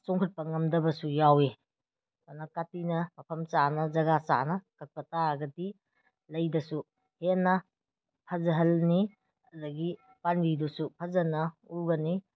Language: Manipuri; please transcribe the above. ꯆꯣꯡꯈꯠꯄ ꯉꯝꯗꯕꯁꯨ ꯌꯥꯎꯋꯤ ꯑꯗꯨꯅ ꯀꯥꯇꯤꯅ ꯃꯐꯝ ꯆꯥꯅ ꯖꯒꯥ ꯆꯥꯅ ꯀꯛꯄ ꯇꯥꯔꯒꯗꯤ ꯂꯩꯗꯁꯨ ꯍꯦꯟꯅ ꯐꯖꯍꯟꯅꯤ ꯑꯗꯒꯤ ꯄꯥꯝꯕꯤꯗꯨꯁꯨ ꯐꯖꯅ ꯎꯒꯅꯤ